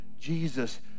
Jesus